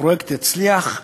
שהפרויקט יצליח,